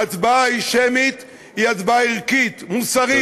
ההצבעה היא שמית, היא הצבעה ערכית, מוסרית.